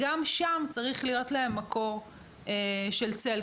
גם שם צריך להיות להם מקור של צל.